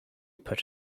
put